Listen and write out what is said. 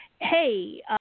hey